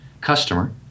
customer